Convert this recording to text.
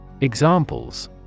Examples